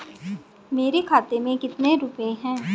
मेरे खाते में कितने रुपये हैं?